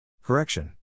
Correction